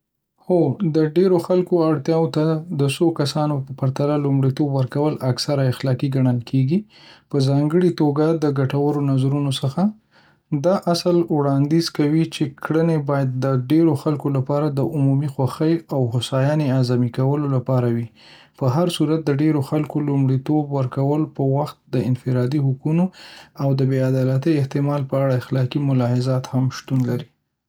هو، د ډېرو خلکو اړتیاوو ته د څو کسانو په پرتله لومړیتوب ورکول اکثرا اخلاقي ګڼل کیږي، په ځانګړې توګه د ګټورو نظرونو څخه. دا اصل وړاندیز کوي چې کړنې باید د ډیرو خلکو لپاره د عمومي خوښۍ او هوساینې اعظمي کولو لپاره وي. په هرصورت، د ډیری خلکو لومړیتوب ورکولو په وخت کې د انفرادي حقونو او د بې عدالتۍ احتمال په اړه اخلاقي ملاحظات هم شتون لري.